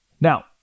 Now